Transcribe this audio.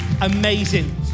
amazing